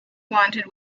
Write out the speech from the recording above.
wanted